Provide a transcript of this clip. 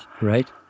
right